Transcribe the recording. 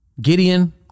gideon